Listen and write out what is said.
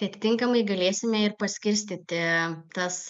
tai atitinkamai galėsime ir paskirstyti tas